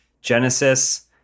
Genesis